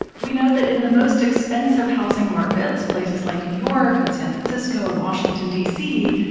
we know that in the most expensive housing markets places like new york and san francisco and washington, d c.